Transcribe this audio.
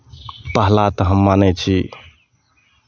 पहिला तऽ हम मानै छी